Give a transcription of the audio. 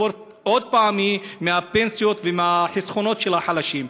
התספורת היא מהפנסיות ומהחסכונות של החלשים.